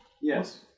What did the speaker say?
Yes